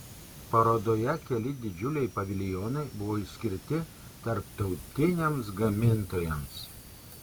parodoje keli didžiuliai paviljonai buvo išskirti tarptautiniams gamintojams